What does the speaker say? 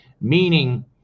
meaning